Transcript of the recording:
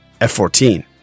F-14